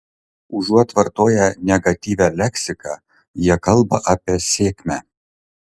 užuot vartoję negatyvią leksiką jie kalba apie sėkmę